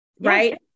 right